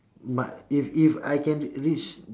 my if if I can reach